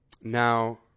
Now